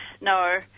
no